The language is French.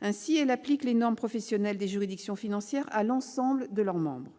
Ainsi, elle applique les « normes professionnelles » des juridictions financières à l'ensemble de leurs membres.